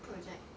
project